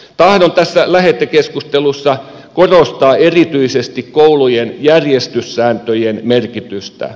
tahdon tässä lähetekeskustelussa korostaa erityisesti koulujen järjestyssääntöjen merkitystä